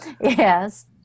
yes